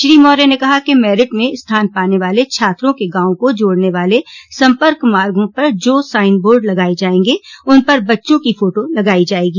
श्री मौर्य ने कहा कि मेरिट में स्थान पाने वाले छात्रों के गॉवों को जोड़ने वाले सम्पर्क मार्गो पर जो साइनबोर्ड लगाये जायेंगे उन पर बच्चों की फोटो लगाई जायेगी